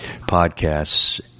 podcasts